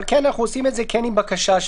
אבל אנחנו כן עושים את זה עם בקשה שלו.